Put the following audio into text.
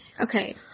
Okay